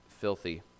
filthy